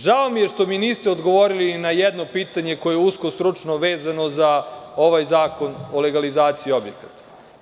Žao mi je što mi niste odgovorili ni na jedno pitanje koje je usko stručno vezano za ovaj zakon o legalizaciji objekata.